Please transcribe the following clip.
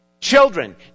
Children